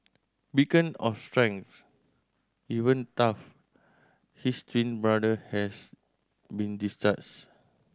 beacon of strength even tough his twin brother has been